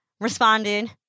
responded